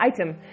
item